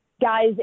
guys